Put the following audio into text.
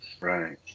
Right